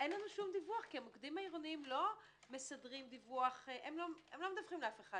ואין לנו שום דיווח, כי הם לא מדווחים לאף אחד.